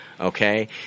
Okay